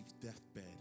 deathbed